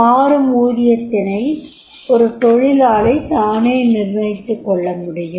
மாறும் ஊதியத்தினை ஒரு தொழிலாளி தானே நிர்ணயித்துக்கொள்ளமுடியும்